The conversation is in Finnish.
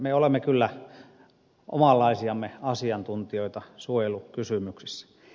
me olemme kyllä omanlaisiamme asiantuntijoita suojelukysymyksissä